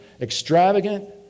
extravagant